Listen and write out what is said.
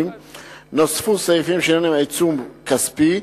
נוספו סעיפים שעניינם עיצום כספי.